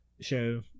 show